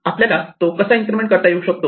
आपल्याला तो कसा इन्क्रिमेंट करता येऊ शकतो